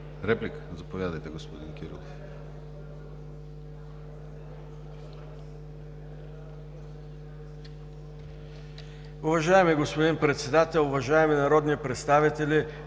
Реплика – заповядайте, господин Кирилов.